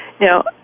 Now